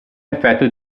effetto